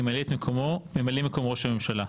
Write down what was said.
ימלא את מקומו ממלא מקום ראש הממשלה.